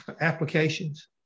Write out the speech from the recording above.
applications